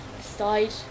side